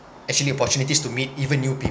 actually opportunities to meet even new